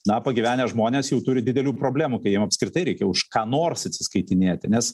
na pagyvenę žmonės jau turi didelių problemų kai jiem apskritai reikia už ką nors atsiskaitinėti nes